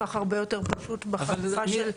במסמך הרבה יותר פשוט בחלופה השנייה.